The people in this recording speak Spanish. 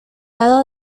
lado